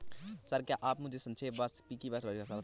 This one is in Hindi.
सर, क्या आप मुझे सापेक्ष वापसी की परिभाषा बता देंगे?